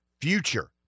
future